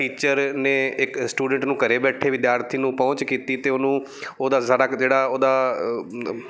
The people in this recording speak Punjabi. ਟੀਚਰ ਨੇ ਇੱਕ ਸਟੂਡੈਂਟ ਨੂੰ ਘਰ ਬੈਠੇ ਵਿਦਿਆਰਥੀ ਨੂੰ ਪਹੁੰਚ ਕੀਤੀ ਅਤੇ ਉਹਨੂੰ ਉਹਦਾ ਉਹਦਾ